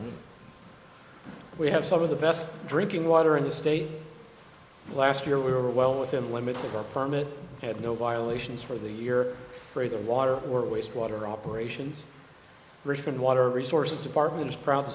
we have some of the best drinking water in the state last year we were well within limits of our permit had no violations for the year for either water or wastewater operations richmond water resources department is proud to